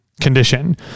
condition